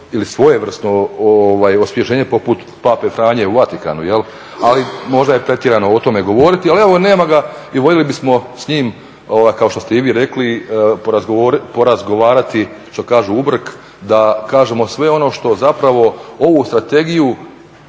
ili svojevrsno osvježenje poput Pape Franje u Vatikanu je li ali možda je pretjerano o tome govoriti ali evo nema ga i voljeli bismo s njime kao što ste i vi rekli porazgovarati što kažu u brk da kažemo sve ono što zapravo ovu Strategiju,